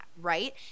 right